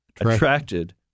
attracted